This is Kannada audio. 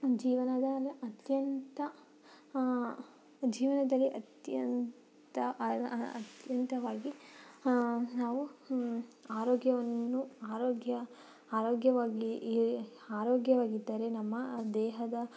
ಜೀವನದ ಅತ್ಯಂತ ಜೀವನದಲ್ಲಿ ಅತ್ಯಂತ ಆದ ಅತ್ಯಂತವಾಗಿ ನಾವು ಆರೋಗ್ಯವನ್ನು ಆರೋಗ್ಯ ಆರೋಗ್ಯವಾಗಿಯೇ ಆರೋಗ್ಯವಾಗಿದ್ದರೆ ನಮ್ಮ ದೇಹದ